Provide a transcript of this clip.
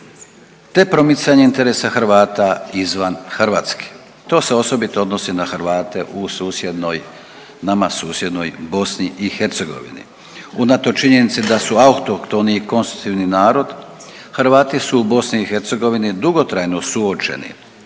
te promicanje interesa Hrvata izvan Hrvatske. To se osobito odnosi na Hrvate u susjednoj, nama susjednoj BiH. Unatoč činjenici da su autohtoni i konstitutivni narod Hrvati su u BiH dugotrajno suočeni